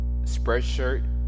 Spreadshirt